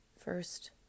first